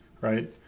right